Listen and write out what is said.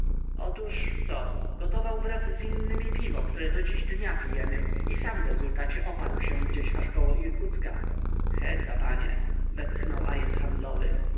otóż co gotował wraz z innymi piwo które do dziś dnia pijemy i sam w rezultacie oparł się aż gdzieś około irkucka heca panie westchnął ajent handlowy